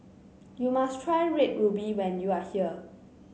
you must try Red Ruby when you are here